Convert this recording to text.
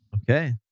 Okay